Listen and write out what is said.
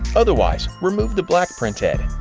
otherwise, remove the black printhead.